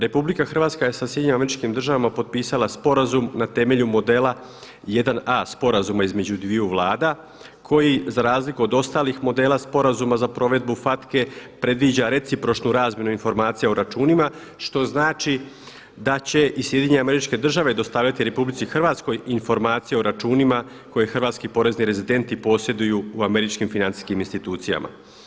RH je sa SAD-om potpisala sporazum na temelju modela 1A sporazuma između dviju vlada koji za razliku od ostalih modela sporazuma za provedbu FACTA-e predviđa recipročnu razmjenu informacija o računima što znači da će i SAD dostavljati RH informacije o računima koje hrvatski porezni rezidenti posjeduju u američkim financijskim institucijama.